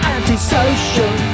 Anti-social